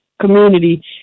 community